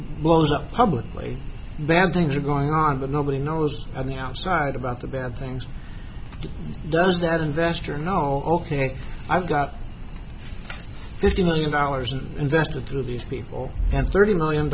blows up publicly bad things are going on that nobody knows on the outside about the bad things does that investor know ok i've got fifty million dollars invested through these people and thirty million